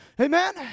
Amen